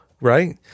right